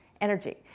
energy